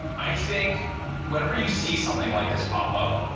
i think whenever you see something like this pop up,